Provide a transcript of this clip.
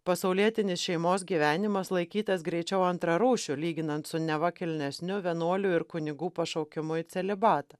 pasaulietinis šeimos gyvenimas laikytas greičiau antrarūšiu lyginant su neva kilnesniu vienuolių ir kunigų pašaukimu į celibatą